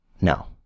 No